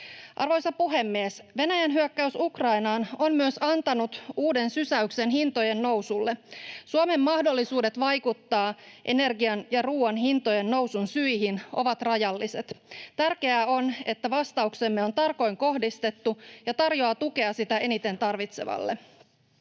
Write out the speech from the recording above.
Arvoisa puhemies! Venäjän hyökkäys Ukrainaan on myös antanut uuden sysäyksen hintojen nousulle. Suomen mahdollisuudet vaikuttaa energian ja ruuan hintojen nousun syihin ovat rajalliset. Tärkeää on, että vastauksemme on tarkoin kohdistettu ja tarjoaa tukea sitä eniten tarvitsevalle.